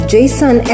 Jason